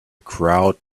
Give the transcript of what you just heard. crowd